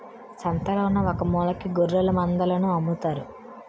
సంతలోన ఒకమూలకి గొఱ్ఱెలమందలను అమ్ముతారు